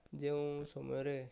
ଯେଉଁ ସମୟରେ